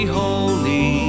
holy